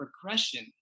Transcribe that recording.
progression